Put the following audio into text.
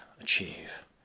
achieve